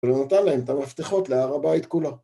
‫ולא נתן להם את המפתחות ‫להר הבית כולו.